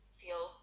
feel